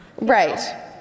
Right